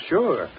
Sure